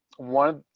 one.